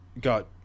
got